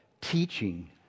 teaching